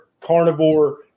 carnivore